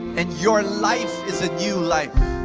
and your life is a new life.